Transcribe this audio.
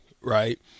right